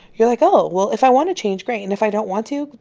you're like, oh, well, if i want to change, great. and if i don't want to,